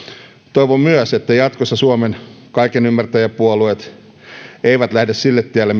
toivon myös että jatkossa suomen kaiken ymmärtäjä puolueet eivät lähde sille tielle